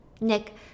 Nick